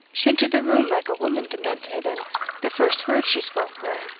she entered the room like a woman demented, and the first words she spoke were,